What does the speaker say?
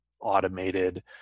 automated